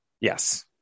yes